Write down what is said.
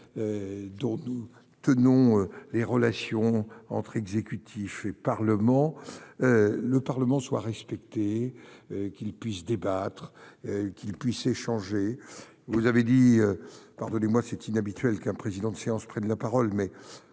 dont nous. Tenons les relations entre exécutif et Parlement le Parlement soit respectée, qu'il puisse débattre qu'ils puissent échanger, vous avez dit, pardonnez-moi, c'est inhabituel qu'un président de séance près de la parole, mais